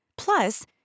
Plus